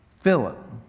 Philip